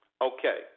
Okay